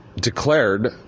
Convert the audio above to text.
declared